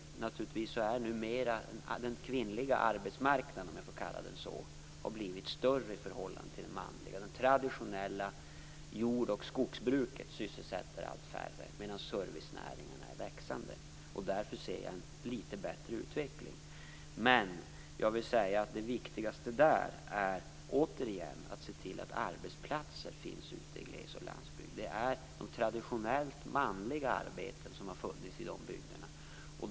Naturligtvis har den kvinnliga arbetsmarknaden blivit större i förhållande till den manliga. Det traditionella jordoch skogsbruket sysselsätter allt färre, medan servicenäringarna är i växande. Därför ser jag en litet bättre utveckling. Men det viktigaste där är återigen att se till att arbetsplatser finns ute i gles och landsbygd. Det är traditionellt manliga arbeten som funnits i de bygderna.